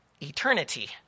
eternity